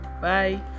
Bye